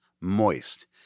moist